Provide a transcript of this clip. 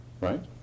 right